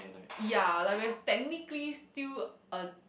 ya like we're technically still a